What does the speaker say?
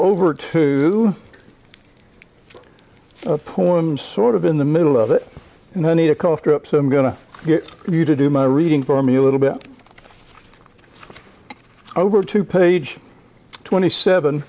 over to pour i'm sort of in the middle of it and i need a cough drops i'm going to get you to do my reading for me a little bit over to page twenty seven